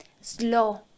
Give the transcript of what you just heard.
slow